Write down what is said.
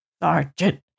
Sergeant